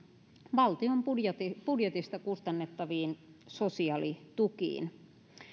valtion budjetista budjetista kustannettaviin sosiaalitukiin